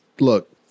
look